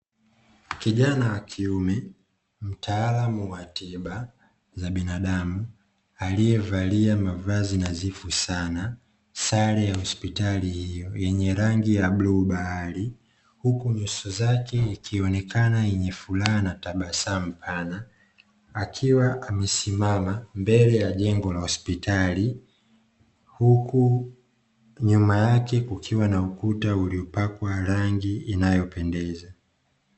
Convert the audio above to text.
Kijana wa kiume mtaalamu wa tiba za binadamu aliyevalia mavazi nadhifu sana, sare ya hospitali yenye rangi ya bluu bahari. Huku nyuso yake ikionekana yenye furaha na tabasamu pana, akiwa amesimama mbele ya jengo la hospitali huku nyuma yake kukiwa na ukuta uliopakwa rangi inayopendeza.